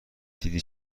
دیدی